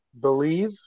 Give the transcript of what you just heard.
believe